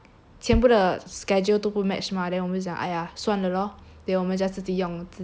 全部的 schedule 都不 match mah then 我们讲哎呀算了 lor then 我们 just 自己用自己